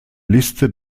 liste